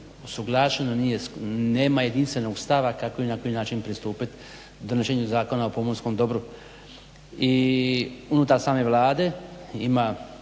usuglašeno, nema jedinstvenog stava kako i na koji način pristupiti donošenju Zakona o pomorskom dobru. I unutar same Vlade ima